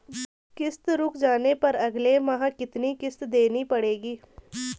किश्त रुक जाने पर अगले माह कितनी किश्त देनी पड़ेगी?